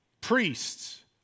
priests